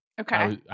Okay